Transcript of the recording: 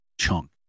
chunk